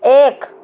एक